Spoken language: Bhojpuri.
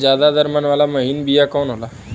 ज्यादा दर मन वाला महीन बिया कवन होला?